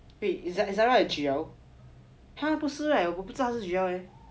wait zara a G_L 他不是 right 我不知道他是 G_L leh